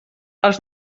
els